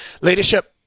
Leadership